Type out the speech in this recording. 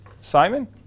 Simon